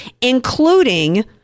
including